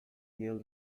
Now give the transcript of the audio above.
near